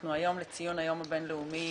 אנחנו היום בציון היום הבין לאומי